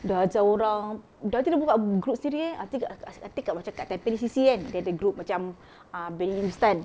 dia ajar orang nanti dia buka group sendiri eh I think I I I think macam kat tampines C_C kan dia ada macam group uh billy houston